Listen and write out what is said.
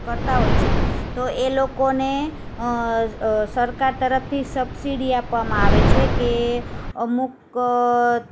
કરતાં હોય છે તો એ લોકોને સરકાર તરફથી સબસીડી આપવામાં આવે છે કે અમુક